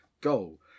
goal